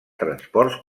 transports